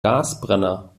gasbrenner